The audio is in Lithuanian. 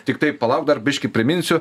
tiktai palauk dar biškį priminsiu